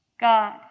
God